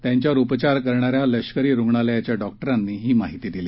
त्यांच्यावर उपचार करणाऱ्या लष्करी रुग्णालयाच्या डॉक्टरांनी ही माहिती दिली